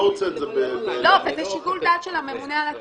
לא, וזה שיקול דעת של הממונה על התאגידים.